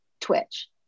twitch